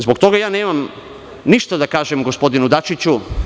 Zbog toga ja nemam ništa da kažem gospodinu Dačiću.